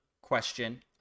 question